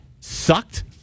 sucked